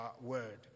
word